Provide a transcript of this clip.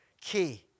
Key